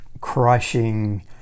crushing